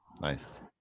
nice